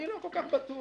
אני לא כל כך בטוח.